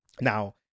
Now